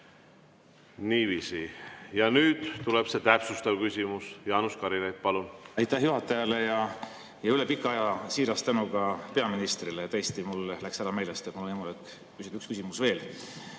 Niiviisi. Ja nüüd tuleb see täpsustav küsimus. Jaanus Karilaid, palun! Aitäh juhatajale ja üle pika aja siiras tänu ka peaministrile! Tõesti, mul läks meelest, et on võimalik küsida üks küsimus veel.